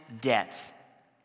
debt